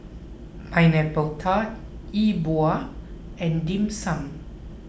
Pineapple Tart E Bua and Dim Sum